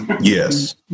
Yes